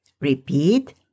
Repeat